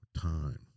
time